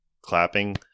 clapping